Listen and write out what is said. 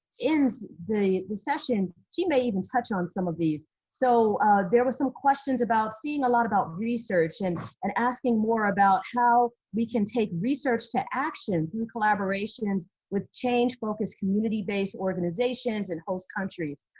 ends the session she may even touch on some of these so there were some questions about seeing a lot about research and and asking more about how we can take research to action. through collaborations with change focused community based organizations and host countries.